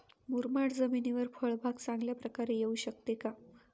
मुरमाड जमिनीवर फळबाग चांगल्या प्रकारे येऊ शकते का?